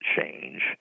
change